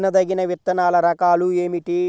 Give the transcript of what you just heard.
తినదగిన విత్తనాల రకాలు ఏమిటి?